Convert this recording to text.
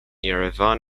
yerevan